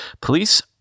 Police